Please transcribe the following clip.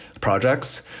projects